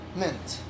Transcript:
mint